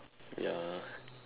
ya